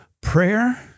prayer